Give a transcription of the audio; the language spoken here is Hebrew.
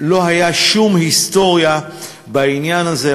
לא הייתה שום היסטוריה בעניין הזה,